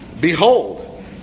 behold